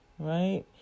Right